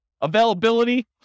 Availability